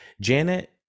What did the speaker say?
janet